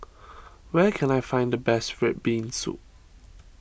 where can I find the best Red Bean Soup